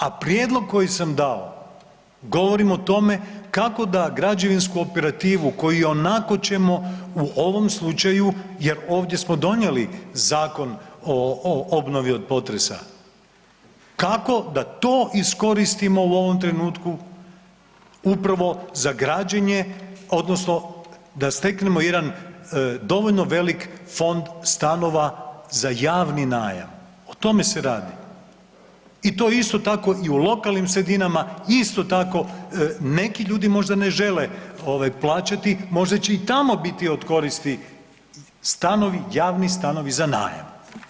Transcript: A prijedlog koji sam dao govorim o tome kako da građevinsku operativu koju ionako ćemo u ovom slučaju, jer ovdje smo donijeli Zakon o obnovi od potresa, kako da to iskoristimo u ovom trenutku upravo za građenje, odnosno da steknemo jedan dovoljno velik fond stanova za javni najam, o tome se radi i to isto tako, i u lokalnim sredinama, isto tako, neki ljudi možda ne žele plaćati, možda će i tamo biti od koristi stanovi, javni stanovi za najam.